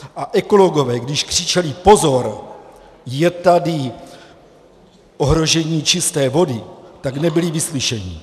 A ekologové, když křičeli, pozor, je tady ohrožení čisté vody, tak nebyli vyslyšeni.